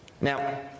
Now